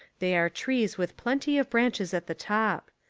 they are trees with plenty of branches at the top.